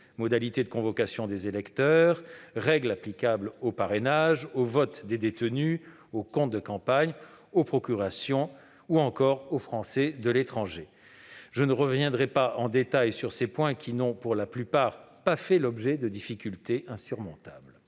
modalités de convocation des électeurs, règles applicables aux parrainages, au vote des détenus, aux comptes de campagne, aux procurations ou encore aux Français de l'étranger. Je ne reviendrai pas en détail sur ces points, qui n'ont, pour la plupart, pas fait l'objet de difficultés insurmontables.